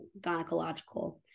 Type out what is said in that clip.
gynecological